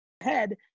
head